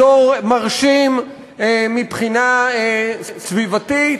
אזור מרשים מבחינה סביבתית,